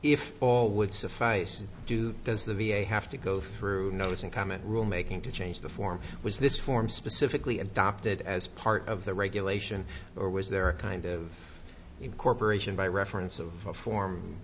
if all would suffice do does the v a have to go through notice and comment rule making to change the form was this form specifically adopted as part of the regulation or was there a kind of incorporation by reference of a form